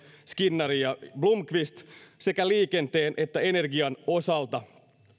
skinnari ja blomqvist sekä liikenteen että energian osalta